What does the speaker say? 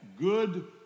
good